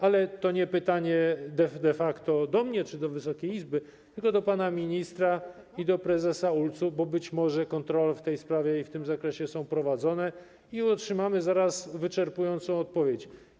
Ale to nie pytanie de facto do mnie czy do Wysokiej Izby, tylko do pana ministra i do prezesa ULC, bo być może kontrole w tej sprawie i w tym zakresie są prowadzone i otrzymamy zaraz wyczerpującą odpowiedź.